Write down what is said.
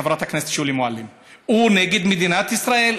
חברת הכנסת שולי מועלם, הוא נגד מדינת ישראל?